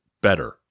better